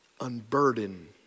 unburden